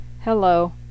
hello